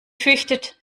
fürchtet